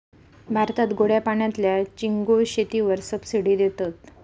भारतात गोड्या पाण्यातल्या चिंगूळ शेतीवर सबसिडी देतत